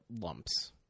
lumps